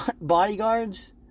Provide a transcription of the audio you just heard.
bodyguards